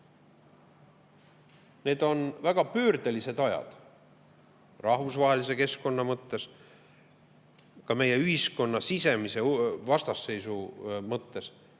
Need on väga pöördelised ajad rahvusvahelise keskkonna mõttes, ka meie ühiskonna sisemise vastasseisu mõttes,